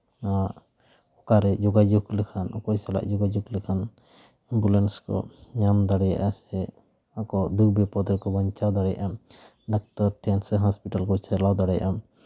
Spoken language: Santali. ᱱᱚᱣᱟ ᱚᱠᱟᱨᱮ ᱡᱳᱜᱟᱡᱳᱜᱽ ᱞᱮᱠᱷᱟᱱ ᱚᱠᱚᱭ ᱥᱟᱞᱟᱜ ᱡᱳᱜᱟᱡᱳᱜᱽ ᱞᱮᱠᱷᱟᱱ ᱮᱢᱵᱩᱞᱮᱱᱥ ᱠᱚ ᱧᱟᱢ ᱫᱟᱲᱮᱭᱟᱜᱼᱟ ᱥᱮ ᱟᱠᱚᱣᱟᱜ ᱫᱩᱠ ᱵᱤᱯᱚᱫ ᱨᱮᱠᱚ ᱵᱟᱧᱪᱟᱣ ᱫᱟᱲᱮᱭᱟᱜᱼᱟ ᱰᱟᱠᱛᱚᱨ ᱴᱷᱮᱱ ᱥᱮ ᱦᱚᱥᱯᱤᱴᱟᱞ ᱠᱚᱨᱮᱜ ᱠᱚ ᱪᱟᱞᱟᱣ ᱫᱟᱲᱮᱭᱟᱜᱼᱟ